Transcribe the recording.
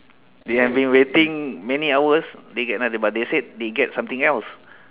they have been waiting many hours they get nothing but they said they get something else